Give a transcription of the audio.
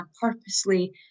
purposely